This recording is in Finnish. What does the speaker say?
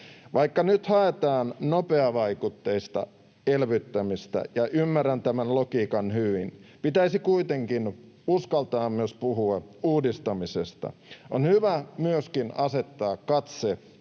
Vaikka nyt haetaan nopeavaikutteista elvyttämistä, ja ymmärrän tämän logiikan hyvin, pitäisi kuitenkin uskaltaa myös puhua uudistamisesta. On hyvä myöskin asettaa katse